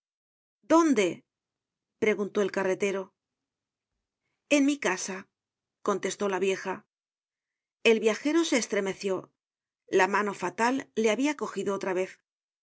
dónde preguntó el carretero content from google book search generated at en mi casa contestó la vieja el viajero se estremeció la mano fatal le habia cogido otra vez